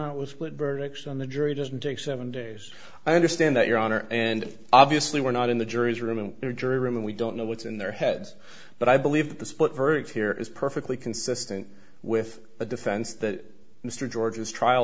out was split verdict on the jury doesn't take seven days i understand that your honor and obviously we're not in the jury's room jury room and we don't know what's in their heads but i believe the split verdict here is perfectly consistent with the defense that mr george's trial